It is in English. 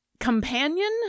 Companion